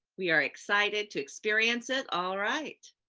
we are excited to experience it. all right.